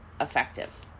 effective